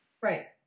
Right